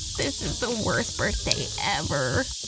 this is the worst birthday ever.